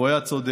הוא היה צודק.